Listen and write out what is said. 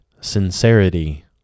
sincerity